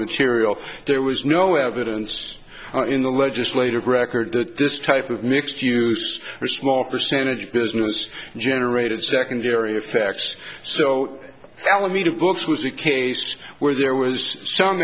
material there was no evidence in the legislative record that this type of mixed use small percentage business generated secondary effects so alameda books was a case where there was some